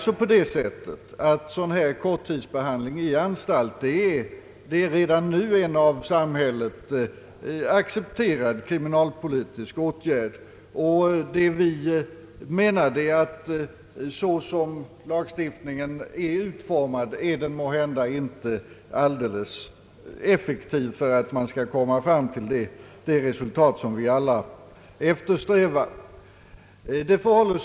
Sådan korttidsbehandling är alltså redan nu ett av samhället accepterat kriminalpolitiskt instrument. Vad vi menar är att lagstiftningen såsom den är utformad inte är så effektiv att man kan nå det resultat som vi alla eftersträvar.